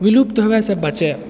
विलुप्त होबऽ सँ बचै